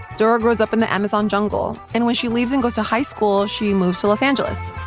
dora grows up in the amazon jungle, and when she leaves and goes to high school, she moves to los angeles.